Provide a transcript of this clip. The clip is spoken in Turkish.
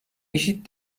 eşit